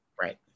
Right